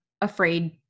afraid